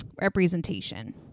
representation